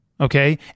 Okay